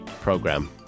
Program